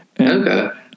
Okay